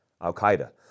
Al-Qaeda